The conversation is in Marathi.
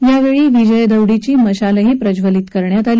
त्यावछी विजय दौडीची मशालही प्रज्वलित करण्यात आली